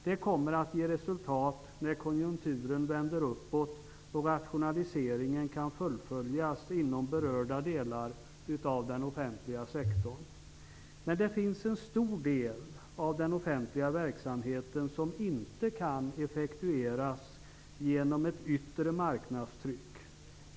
Det kommer att ge resultat när konjunkturen vänder uppåt och rationaliseringen kan fullföljas inom berörda delar av den offentliga sektorn. Men det finns en en stor del av den offentliga verksamheten som inte kan effektiviseras genom ett yttre marknadstryck.